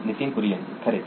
नितीन कुरियन खरेच